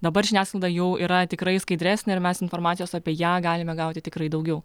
dabar žiniasklaida jau yra tikrai skaidresnė ir mes informacijos apie ją galime gauti tikrai daugiau